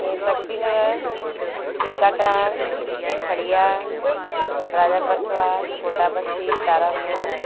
Shakti Nagar Chilkatand Khadia Raja Paraswar Kotabasti Tarakol